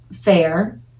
fair